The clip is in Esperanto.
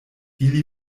ili